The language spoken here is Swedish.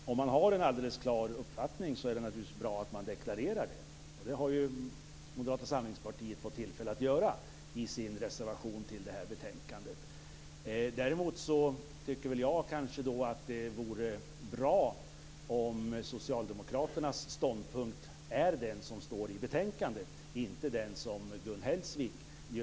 Fru talman! Om man har en alldeles klar uppfattning så är det naturligtvis bra att man deklarerar det. Det har ju Moderata samlingspartiet fått tillfälle att göra i sin reservation till det här betänkandet. Däremot tycker jag kanske att det vore bra om Socialdemokraternas ståndpunkt fick vara den som står i betänkandet och inte den som är Gun Hellsviks uttolkning.